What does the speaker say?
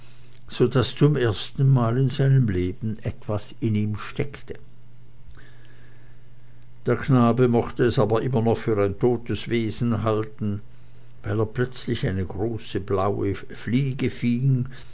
so daß zum ersten mal in seinem leben etwas in ihm steckte der knabe mochte es aber immer noch für ein totes wissen halten weil er plötzlich eine große blaue fliege